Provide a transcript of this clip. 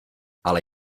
ale